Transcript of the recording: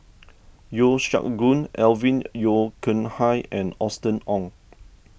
Yeo Siak Goon Alvin Yeo Khirn Hai and Austen Ong